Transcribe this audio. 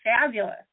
fabulous